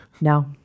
No